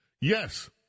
Yes